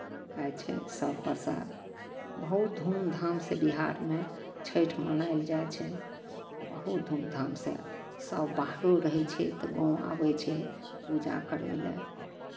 खाइ छै सभ प्रसाद बहुत धूमधामसँ बिहारमे छठि मनायल जाइ छै बहुत धूमधामसँ सभ बाहरो रहै छै तऽ गाँव आबै छै पूजा करय लए